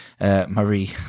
Marie